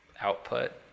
output